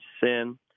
sin